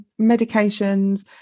medications